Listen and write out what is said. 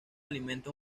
alimenta